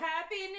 Happy